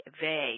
vague